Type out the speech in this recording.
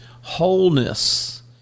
wholeness